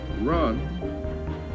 run